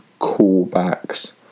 callbacks